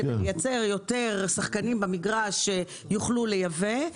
יותר שחקנים יוכלו לייבא,